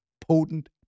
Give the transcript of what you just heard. potent